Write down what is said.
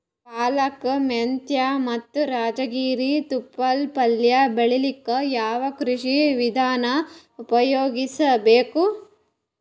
ಪಾಲಕ, ಮೆಂತ್ಯ ಮತ್ತ ರಾಜಗಿರಿ ತೊಪ್ಲ ಪಲ್ಯ ಬೆಳಿಲಿಕ ಯಾವ ಕೃಷಿ ವಿಧಾನ ಉಪಯೋಗಿಸಿ ಬೇಕು?